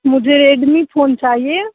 मुझे Redmi phone चाहिए